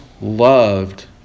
loved